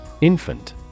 Infant